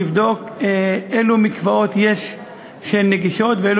לבדוק אילו מקוואות נגישות ואילו